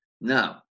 Now